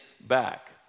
back